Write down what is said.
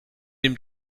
dem